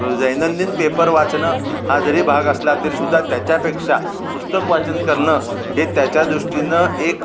दैनंदिन पेपर वाचणं हा जरी भाग असला तरीसुद्धा त्याच्यापेक्षा पुस्तक वाचन करणं हे त्याच्या दृष्टीनं एक